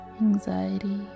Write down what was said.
anxiety